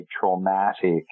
traumatic